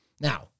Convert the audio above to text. Now